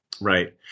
Right